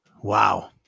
Wow